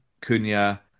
Cunha